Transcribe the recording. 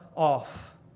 off